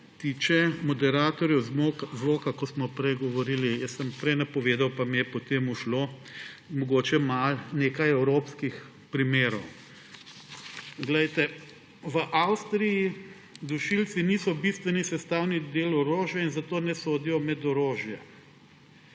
tiče moderatorjev zvoka, o čemer smo prej govorili. Jaz sem prej napovedal, pa mi je potem ušlo, mogoče nekaj evropskih primerov. V Avstriji dušilci niso bistveni sestavni del orožja in zato ne sodijo med orožje.